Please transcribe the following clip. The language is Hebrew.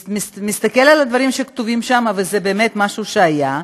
מסתכל על הדברים שכתובים שם, וזה באמת משהו שהיה,